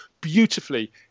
beautifully